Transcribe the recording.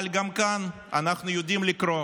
אבל גם כאן אנחנו יודעים לקרוא